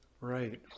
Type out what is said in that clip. Right